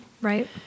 Right